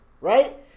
Right